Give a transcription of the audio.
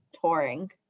touring